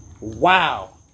Wow